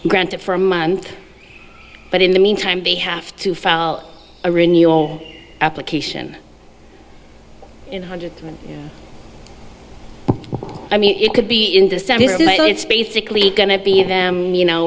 grant it for a month but in the meantime they have to file a renewal application in hundred i mean it could be in december late it's basically going to be them you know